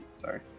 Sorry